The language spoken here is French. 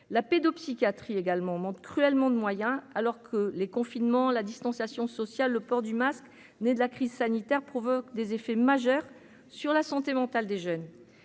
la pédopsychiatrie également manque cruellement de moyens, alors que les confinements la distanciation sociale le port du masque, né de la crise sanitaire provoque des effets majeurs sur la santé mentale des jeunes,